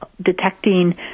detecting